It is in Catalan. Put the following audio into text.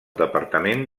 departament